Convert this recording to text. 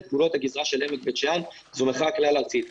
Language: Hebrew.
גבולות הגזרה של עמק בית שאן והיא מחאה כלל ארצית.